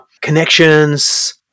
connections